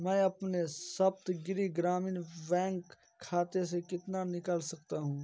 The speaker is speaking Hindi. मैं अपने सप्तगिरि ग्रामीण बैंक खाते से कितना निकाल सकता हूँ